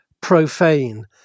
profane